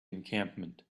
encampment